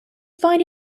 find